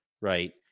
Right